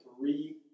three